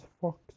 Fox